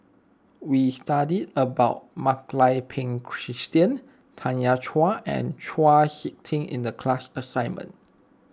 we studied about Mak Lai Peng Christine Tanya Chua and Chau Sik Ting in the class assignment